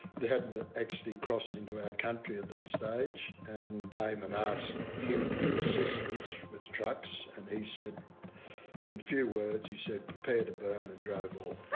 it hadn't actually crossed into our country at that stage and damon asked him for assistance with trucks and he said in few words he said prepare to burn and drove off